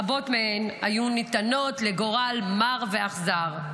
רבות מהן היו ניתנות לגורל מר ואכזר.